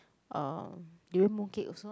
uh durian mooncake also